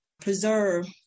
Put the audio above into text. preserve